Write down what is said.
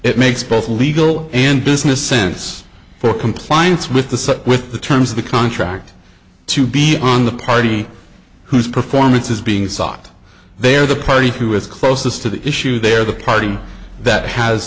it makes both legal and business sense for compliance with the such with the terms of the contract to be on the party whose performance is being sought they are the party who is closest to the issue they're the party that has